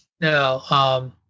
no